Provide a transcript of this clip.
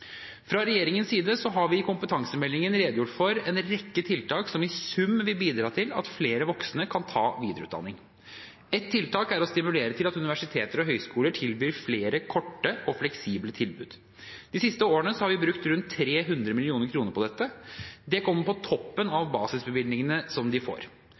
Fra regjeringens side har vi i kompetansemeldingen redegjort for en rekke tiltak som i sum vil bidra til at flere voksne kan ta videreutdanning. Ett tiltak er å stimulere til at universiteter og høyskoler tilbyr flere korte og fleksible tilbud. De siste årene har vi brukt rundt 300 mill. kr på dette. Det kommer på toppen av basisbevilgningene de får.